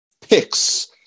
picks